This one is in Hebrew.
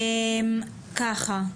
ככה.